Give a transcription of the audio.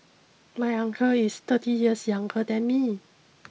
my uncle is thirty years younger than me